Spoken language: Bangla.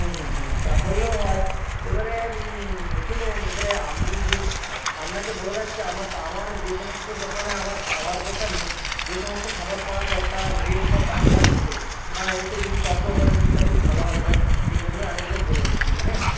হুম হুম হুম তা করলেও হয় এবারে শুনুন এবারে আপনি যে আপনাকে বলে রাখছি আমার আমার যে সমস্ত দোকানে আমার খাবার দোকানে যে সমস্ত খাবার পাওয়া যায় তার রেট বা দাম জানেন তো না এসে যদি চব্য করেন সেটা খুব ভালো হবে না সেই জন্যেই আগে থেকে বলে দিচ্ছি জানেন